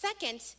Second